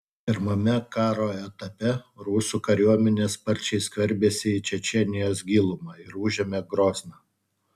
pirmame karo etape rusų kariuomenė sparčiai skverbėsi į čečėnijos gilumą ir užėmė grozną